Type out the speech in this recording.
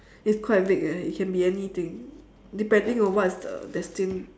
it's quite big eh it can be anything depending on what's the destined